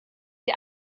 der